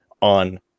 on